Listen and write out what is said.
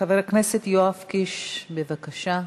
חבר הכנסת יואב קיש, בבקשה.